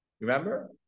Remember